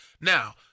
now